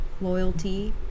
Loyalty